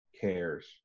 cares